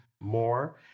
more